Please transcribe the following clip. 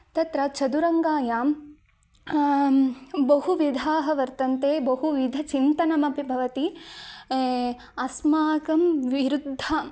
तत्र चतुरङ्गायां बहुविधाः वर्तन्ते बहुविध चिन्तनमपि भवति अस्माकं विरुद्धः